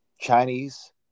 Chinese